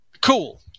Cool